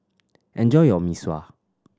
enjoy your Mee Sua